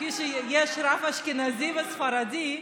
כפי שיש רב אשכנזי וספרדי,